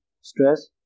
stress